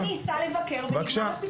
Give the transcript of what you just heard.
ואני אסע לבקר ונגמר הסיפור.